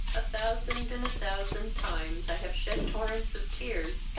a thousand and a thousand times i have shed torrents of tears,